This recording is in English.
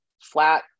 flat